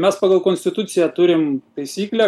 mes pagal konstituciją turim taisyklę